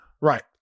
right